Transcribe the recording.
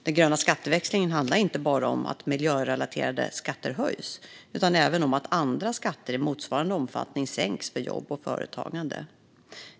Den gröna skatteväxlingen handlar inte bara om att miljörelaterade skatter höjs utan även om att andra skatter i motsvarande omfattning sänks för jobb och företagande.